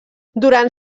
durant